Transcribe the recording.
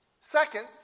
Second